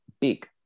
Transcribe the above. big